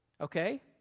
okay